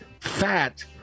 fat